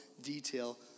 detail